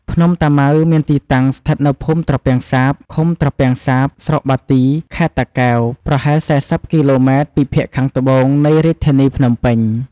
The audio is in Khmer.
ភ្នំតាម៉ៅមានទីតាំងស្ថិតនៅភូមិត្រពាំងសាប ឃុំត្រពាំងសាប ស្រុកបាទី ខេត្តតាកែវ ប្រហែល ៤០ គីឡូម៉ែត្រពីភាគខាងត្បូងនៃរាជធានីភ្នំពេញ។